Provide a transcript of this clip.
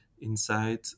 inside